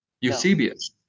Eusebius